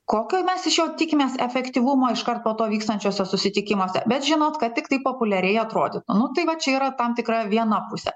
kokio mes iš jo tikimės efektyvumo iškart po to vykstančiuose susitikimuose bet žinot kad tiktai populiariai atrodytų nu tai va čia yra tam tikra viena pusė